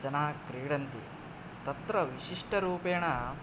जनाः क्रीडन्ति तत्र विशिष्टरूपेण